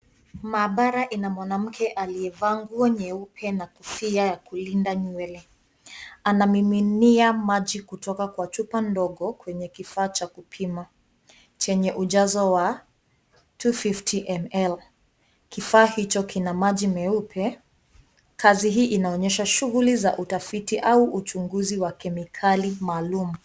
Maabara inamwanamke aliyevaa nguo nyeupe na kofia ya kujilinda nywele anamiminia maji kitoka kwa chupa ndogo kwenye kifaa cha kupima chenye ujazo wa 250ml kifaa hicho kinamaji meupe Shughuli hii inaonyesha utafiti au uchunguzi wa kemikali maalum .